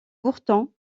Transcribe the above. pourtant